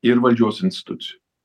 ir valdžios institucijų